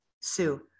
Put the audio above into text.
Sue